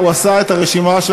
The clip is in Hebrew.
הוא עשה את הרשימה,